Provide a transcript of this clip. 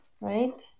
right